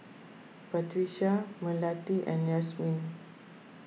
Batrisya Melati and Yasmin